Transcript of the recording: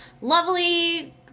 lovely